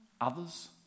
others